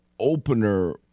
opener